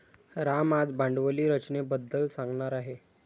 राम आज भांडवली रचनेबद्दल सांगणार आहे